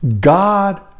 God